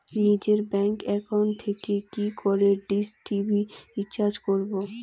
নিজের bank account থেকে কি করে ডিশ টি.ভি রিচার্জ করবো?